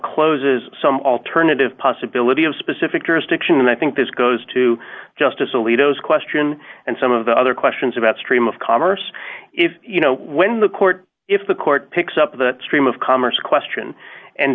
forecloses some alternative possibility of specific jurisdiction and i think this goes to justice alito is question and some of the other questions about stream of commerce if you know when the court if the court picks up the stream of commerce question and